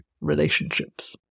relationships